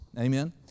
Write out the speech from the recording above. Amen